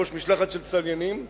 בראש משלחת של צליינים ב-1865,